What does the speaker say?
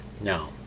No